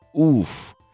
oof